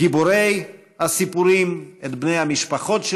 גיבורי הסיפורים, את בני המשפחות שלהם,